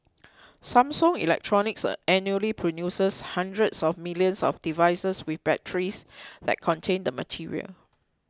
Samsung Electronics annually produces hundreds of millions of devices with batteries that contain the material